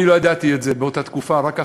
אני לא ידעתי את זה באותה התקופה, רק אחרי.